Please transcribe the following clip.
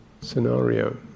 scenario